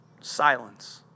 silence